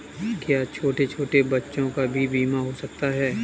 क्या छोटे छोटे बच्चों का भी बीमा हो सकता है?